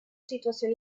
situación